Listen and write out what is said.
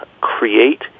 create